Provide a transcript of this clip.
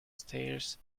stairs